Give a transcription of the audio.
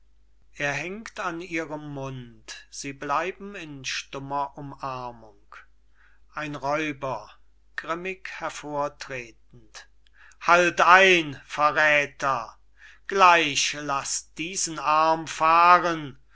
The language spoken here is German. er hängt an ihrem munde sie bleiben in stummer umarmung ein räuber grimmig hervortretend halt ein verräther gleich laß diesen arm fahren